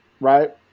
right